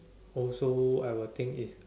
also I would think it's